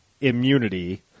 immunity